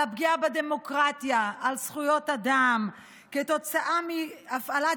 על הפגיעה בדמוקרטיה ובזכויות אדם כתוצאה מהפעלת